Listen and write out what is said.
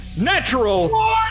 NATURAL